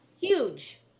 Huge